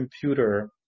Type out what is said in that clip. computer